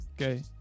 Okay